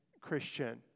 Christian